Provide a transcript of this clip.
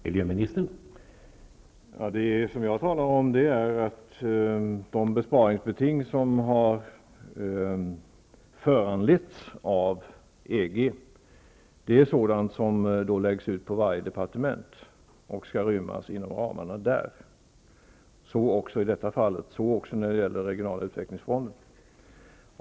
Herr talman! De besparingsbeting som har föranletts av EG är sådant som läggs ut på varje departement och som skall rymmas inom ramarna där. Så är det också i detta fall, och även när det gäller den regionala utvecklingsfonden.